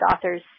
authors